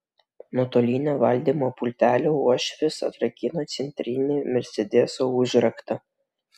nuotolinio valdymo pulteliu uošvis atrakino centrinį mersedeso užraktą